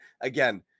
again